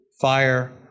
fire